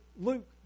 Luke